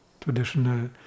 Traditional